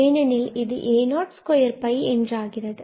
ஏனெனில் இது a02என்றாகிறது